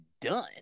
done